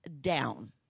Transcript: down